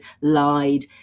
lied